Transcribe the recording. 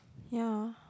ya